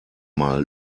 mal